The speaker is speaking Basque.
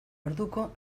orduko